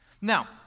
Now